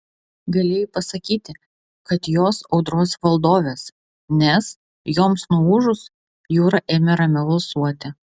galėjai pasakyti kad jos audros valdovės nes joms nuūžus jūra ėmė ramiau alsuoti